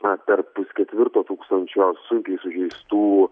na per pusketvirto tūkstančio sunkiai sužeistų